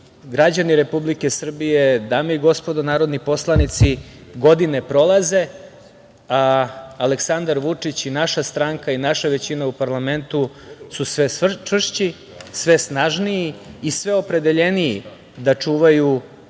građani Republike Srbije, dame i gospodo narodni poslanici, godine prolaze, a Aleksandar Vučić i naša stranka, naša većina u parlamentu su sve čvršći, sve snažniji i sve opredeljeniji da čuvaju